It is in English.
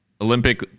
Olympic